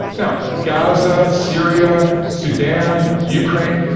now, gaza, syria, sudan, ukraine,